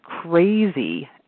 crazy